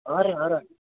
ആരാ ആരാ